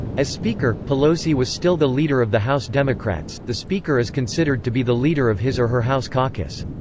as speaker, pelosi was still the leader of the house democrats the speaker is considered to be the leader of his or her house caucus.